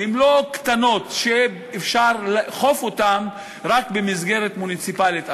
לא קטנות שאפשר לאכוף אותן רק במסגרת מוניציפלית אחת,